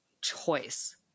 choice